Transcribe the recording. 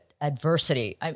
adversity